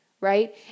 right